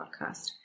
podcast